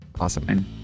Awesome